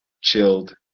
Chilled